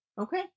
Okay